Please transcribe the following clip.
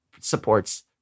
supports